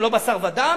הם לא בשר ודם?